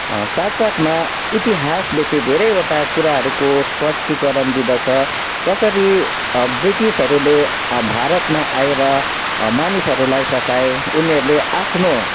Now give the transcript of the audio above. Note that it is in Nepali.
साथसाथमा इतिहासले चाहिँ धेरैवटा कुराहरूको स्पष्टीकरण दिँदछ कसरी ब्रिटिसहरूले भारतमा आएर मानिसहरूलाई सताए उनीहरूले आफ्नो